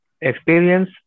experience